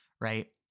right